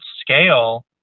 scale